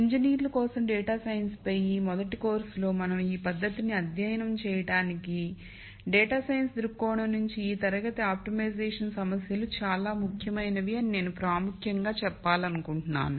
ఇంజనీర్ల కోసం data science పై ఈ మొదటి కోర్సులో మనం ఆ పద్ధతిని అధ్యయనం చేయనప్పటికీ డేటా సైన్స్ దృక్కోణం నుండి ఈ తరగతి ఆప్టిమైజేషన్ సమస్యలు చాలా ముఖ్యమైనవి అని నేను ప్రాముఖ్యంగా చెప్పాలనుకుంటున్నాను